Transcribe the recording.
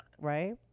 Right